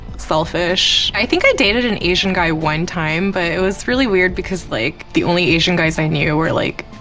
selfish. i think i dated an asian guy one time, but it was really weird, because, like, the only asian guys i knew were, like,